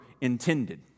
intended